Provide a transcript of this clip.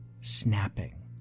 Snapping